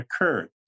occurred